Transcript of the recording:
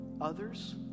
others